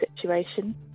situation